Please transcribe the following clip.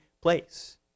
place